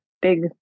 Big